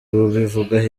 bubivugaho